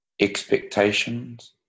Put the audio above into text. expectations